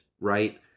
right